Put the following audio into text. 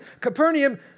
Capernaum